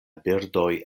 birdoj